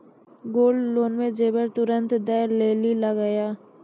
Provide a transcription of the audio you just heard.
Gold loan मे जेबर तुरंत दै लेली लागेया?